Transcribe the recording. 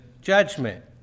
judgment